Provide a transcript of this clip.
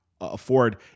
afford